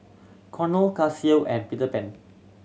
Cornell Casio and Peter Pan